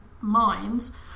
minds